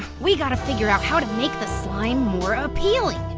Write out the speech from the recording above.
we gotta figure out how to make the slime more appealing.